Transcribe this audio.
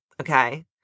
okay